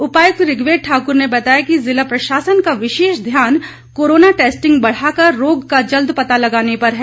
उपायुक्त ऋग्वेद ठाकुर ने बताया कि ज़िला प्रशासन का विशेष ध्यान कोरोना टैस्टिंग बढ़ाकर रोग का जल्द पता लगाने पर है